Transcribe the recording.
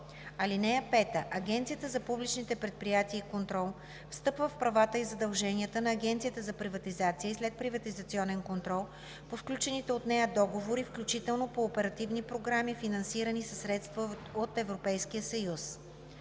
служител. (5) Агенцията за публичните предприятия и контрол встъпва в правата и задълженията на Агенцията за приватизация и следприватизационен контрол по сключените от нея договори, включително по оперативни програми, финансирани със средства от Европейския съюз.